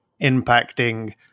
impacting